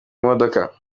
imodoka